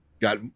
got